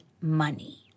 money